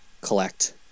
collect